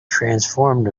transformed